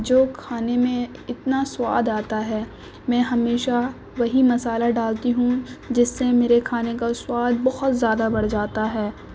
جو کھانے میں اتنا سواد آتا ہے میں ہمیشہ وہی مسالہ ڈالتی ہوں جس سے میرے کھانے کا سواد بہت زیادہ بڑھ جاتا ہے